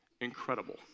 Incredible